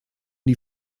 die